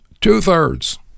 two-thirds